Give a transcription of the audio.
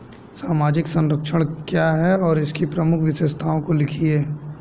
सामाजिक संरक्षण क्या है और इसकी प्रमुख विशेषताओं को लिखिए?